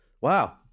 Wow